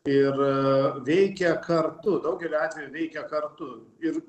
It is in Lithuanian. ir veikia kartu daugeliu atvejų veikia kartu ir